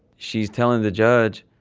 she's telling the judge